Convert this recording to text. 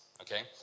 Okay